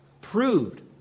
Proved